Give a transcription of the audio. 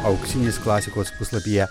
auksinės klasikos puslapyje